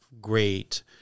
Great